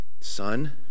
Son